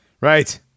Right